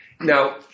now